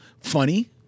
funny